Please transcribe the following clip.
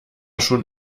schon